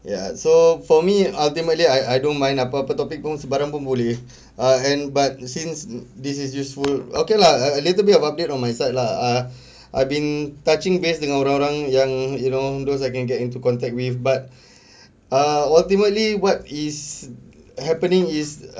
ya so for me ultimately I I don't mind lah apa-apa topic pun sembarang pun boleh uh and but since this is useful okay lah a little bit of update on myself lah uh I've been touching base dengan orang-orang yang you know those I can get into contact with but ah ultimately what is happening is